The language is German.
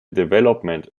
development